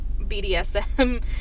BDSM